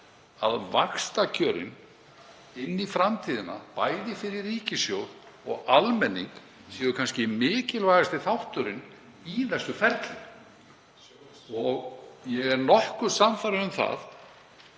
að vaxtakjörin inn í framtíðina, bæði fyrir ríkissjóð og almenning, séu kannski mikilvægasti þátturinn í þessu ferli. Ég er nokkuð sannfærður um það